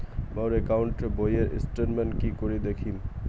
মোর account বইয়ের statement কি করি দেখিম?